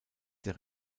der